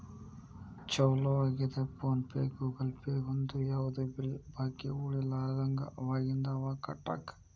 ಚೊಲೋ ಆಗ್ಯದ PhonePe Google Pay ಬಂದು ಯಾವ್ದು ಬಿಲ್ ಬಾಕಿ ಉಳಿಲಾರದಂಗ ಅವಾಗಿಂದ ಅವಾಗ ಕಟ್ಟಾಕ